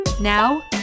Now